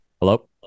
Hello